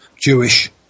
Jewish